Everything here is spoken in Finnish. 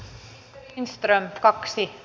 arvoisa rouva puhemies